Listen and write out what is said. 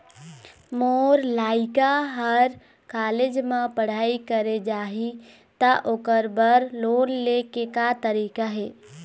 मोर लइका हर कॉलेज म पढ़ई करे जाही, त ओकर बर लोन ले के का तरीका हे?